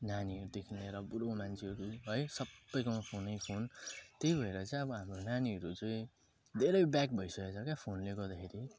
नानीहरूदेखि लिएर बुढो मान्छेहरू है सबैकोमा फोनै फोन त्यही भएर चाहिँ अब हाम्रो नानीहरू चाहिँ धेरै ब्याक भइसकेको छ क्या फोनले गर्दाखेरि